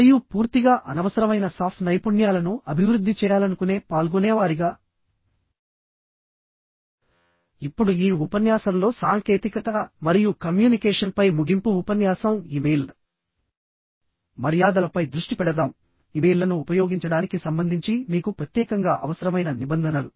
మరియు పూర్తిగా అనవసరమైన సాఫ్ట్ నైపుణ్యాలను అభివృద్ధి చేయాలనుకునే పాల్గొనేవారిగా ఇప్పుడు ఈ ఉపన్యాసంలో సాంకేతికత మరియు కమ్యూనికేషన్పై ముగింపు ఉపన్యాసం ఇమెయిల్ మర్యాదలపై దృష్టి పెడదాం ఇమెయిల్లను ఉపయోగించడానికి సంబంధించి మీకు ప్రత్యేకంగా అవసరమైన నిబంధనలు